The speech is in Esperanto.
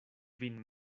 vin